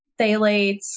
phthalates